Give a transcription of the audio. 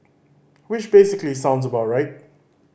which basically sounds about right